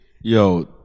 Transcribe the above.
Yo